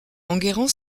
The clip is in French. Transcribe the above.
enguerrand